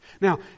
Now